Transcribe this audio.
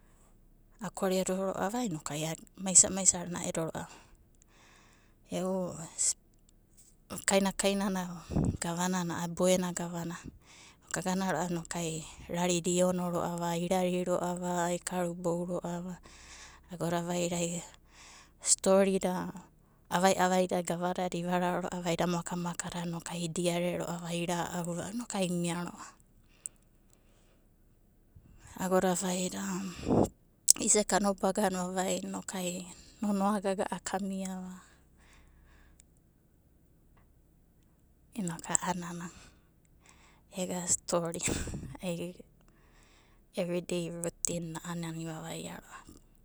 Akoreda ro'ava inoku ai maisa'i mais'i ana'edo ro'a. E'u kaina kaina na gavanana, boena gava nana inoku agana ro'ava inoku rarida iono ro'ava, irari ro'ava, ikarubou ro'a agoda vaida ai storida avai avaida gavada ivararo ro'a vaida makamakadada inoku idiare ro'ava, ira'au ro'ava inokai imia ro'ava. Agoda vaida isa'i kanobagana vavaina isa'i nonoa gaga'a kamiava inokai a'anana ega storina evridei rutin na a'ana ivavaia ro'ava.